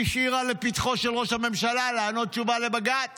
היא השאירה לפתחו של ראש הממשלה לענות תשובה לבג"ץ